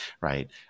right